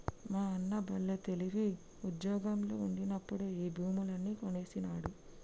మా అన్న బల్లే తెలివి, ఉజ్జోగంలో ఉండినప్పుడే ఈ భూములన్నీ కొనేసినాడు